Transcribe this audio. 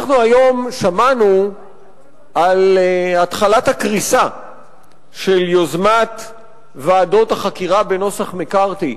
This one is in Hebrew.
היום שמענו על התחלת הקריסה של יוזמת ועדות החקירה בנוסח מקארתי,